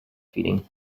feeding